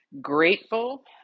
grateful